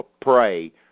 pray